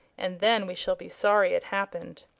and then we shall be sorry it happened.